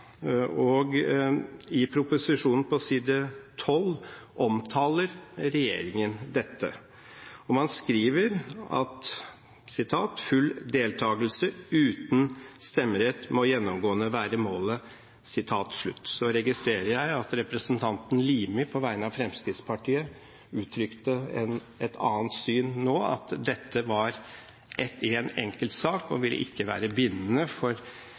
bekreftet. I proposisjonen på side 12 omtaler regjeringen dette. Man skriver: «Full deltakelse uten stemmerett må gjennomgående være målet.» Så registrerer jeg at representanten Limi på vegne av Fremskrittspartiet uttrykte et annet syn nå, at dette var en enkeltsak og ikke ville være bindende for